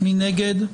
מי נגד?